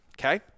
okay